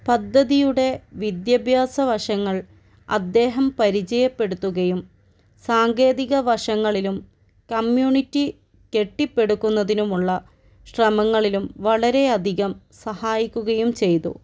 പദ്ധതിയുടെ വിദ്യാഭ്യാസ വശങ്ങൾ അദ്ദേഹം പരിചയപ്പെടുത്തുകയും സാങ്കേതിക വശങ്ങളിലും കമ്മ്യൂണിറ്റി കെട്ടിപ്പടുക്കുന്നതിനുള്ള ശ്രമങ്ങളിലും വളരെയധികം സഹായിക്കുകയും ചെയ്തു